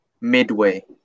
Midway